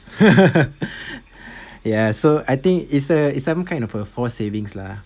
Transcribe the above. ya so I think is a is some kind a for savings lah